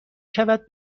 شود